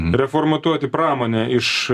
reformatuoti pramonę iš